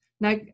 Now